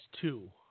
two